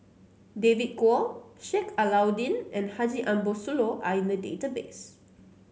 David Kwo Sheik Alau'ddin and Haji Ambo Sooloh are in the database